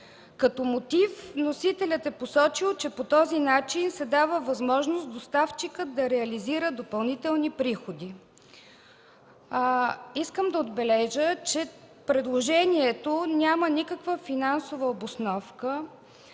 Като мотив вносителят е посочил, че по този начин се дава възможност доставчикът да реализира допълнителни приходи. Искам да отбележа, че предложението няма никаква финансова обосновка,